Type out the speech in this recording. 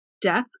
death